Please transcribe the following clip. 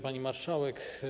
Pani Marszałek!